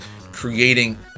creating